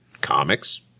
comics